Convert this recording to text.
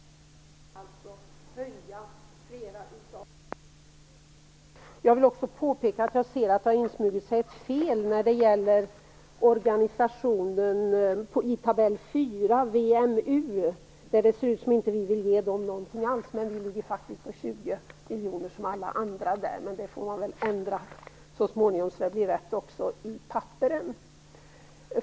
Jag vill också påpeka att det har insmugit sig ett fel när det gäller en organisation i tabell 4, VLU, där det ser ut som att vi inte vill ge den någon finansiering, men vi ligger faktiskt på 20 miljoner som alla andra. Men det får väl ändras så småningom så att det blir rätt också i papperen.